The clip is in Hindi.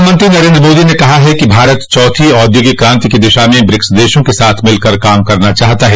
प्रधानमंत्री नरेन्द्र मोदी ने कहा है कि भारत चौथी औद्योगिक क्रांति की दिशा में ब्रिक्स देशों के साथ मिलकर काम करना चाहता है